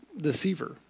deceiver